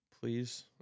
please